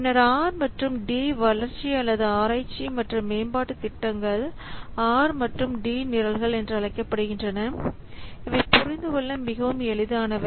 பின்னர் R மற்றும் D வளர்ச்சி அல்லது ஆராய்ச்சி மற்றும் மேம்பாட்டு திட்டங்கள் R மற்றும் D நிரல்கள் என அழைக்கப்படுகின்றன இவை புரிந்து கொள்ள மிகவும் எளிதானவை